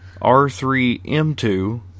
R3M2